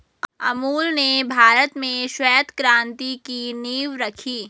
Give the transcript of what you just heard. अमूल ने भारत में श्वेत क्रान्ति की नींव रखी